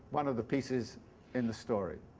one of the pieces in the story.